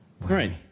Right